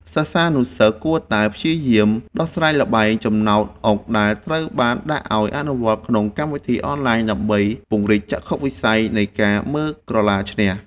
សិស្សានុសិស្សគួរតែព្យាយាមដោះស្រាយល្បែងចំណោទអុកដែលត្រូវបានដាក់ឱ្យអនុវត្តក្នុងកម្មវិធីអនឡាញដើម្បីពង្រីកចក្ខុវិស័យនៃការមើលក្រឡាឈ្នះ។